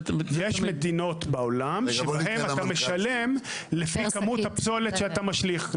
יש מדינות בעולם שבהן אתה משלם לפי כמות הפסולת שאתה משליך.